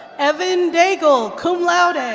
evann daigle, cum laude.